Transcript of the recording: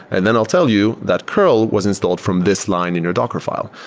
and then i'll tell you that curl was installed from this line in your docker file,